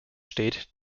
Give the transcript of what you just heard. steht